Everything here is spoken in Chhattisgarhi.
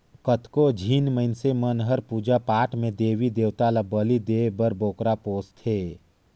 कतको झिन मइनसे मन हर पूजा पाठ में देवी देवता ल बली देय बर बोकरा पोसथे